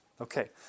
okay